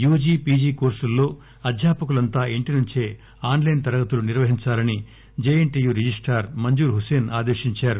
UG PG కోర్పుల్లో అధ్యాపకులంతా ఇంటి నుంచే ఆస్లైస్ తరగతులు నిర్వహించాలని జేఎన్లీయూ రిజిస్టార్ మంజుర్ హస్సేన్ ఆదేశించారు